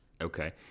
Okay